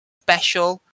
special